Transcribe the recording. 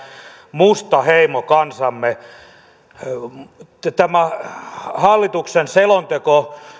musta heimokansamme tämä hallituksen selonteko